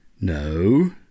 No